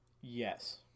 Yes